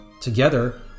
Together